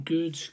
Good